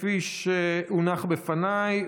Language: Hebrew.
כפי שהונח בפניי.